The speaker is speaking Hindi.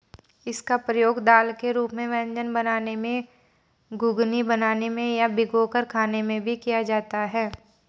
इसका प्रयोग दाल के रूप में व्यंजन बनाने में, घुघनी बनाने में या भिगोकर खाने में भी किया जाता है